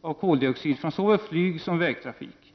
av koldioxid från såväl flygsom vägtrafik.